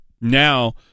Now